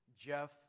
Jeff